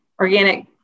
organic